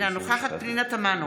אינה נוכחת פנינה תמנו,